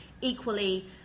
equally